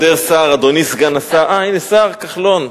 אדוני סגן השר, אה, הנה השר כחלון.